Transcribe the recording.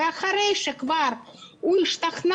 ואחרי שהוא כבר השתכנע,